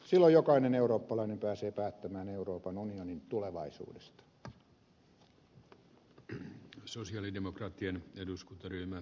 silloin jokainen eurooppalainen pääsee päättämään euroopan unionin tulevaisuudesta